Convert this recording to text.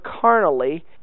carnally